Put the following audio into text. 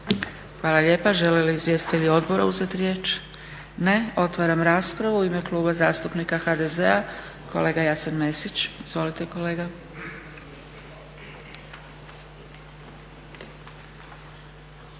Hvala lijepa. Žele li izvjestitelji odbora uzeti riječ? Ne. Otvaram raspravu. U ime Kluba zastupnika HDZ-a kolega Jasen Mesić. Izvolite kolega.